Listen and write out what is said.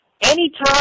Anytime